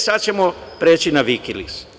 Sad ćemo preći na Vikiliks.